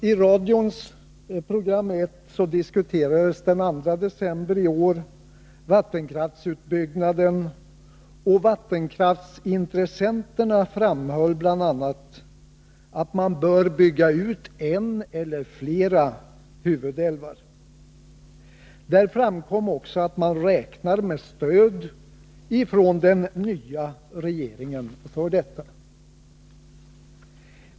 I radions program 1 diskuterades den 2 december i år vattenkraftsutbyggnaden, och vattenkraftsintressenterna framhöll bl.a. att man bör bygga ut en eller flera huvudälvar. Där framkom också att man räknar med stöd från den nya regeringen för detta.